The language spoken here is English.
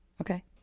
Okay